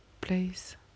place